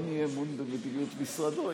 אין אי-אמון במדיניות משרדו.